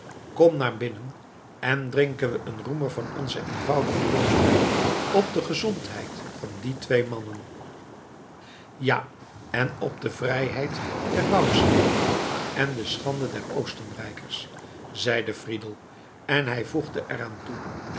kom naar binnen en drinken we een roemer van onzen eenvoudigen landwijn op de gezondheid van die twee mannen ja en op de vrijheid der woudsteden en de schande der oostenrijkers zeide friedel en hij voegde er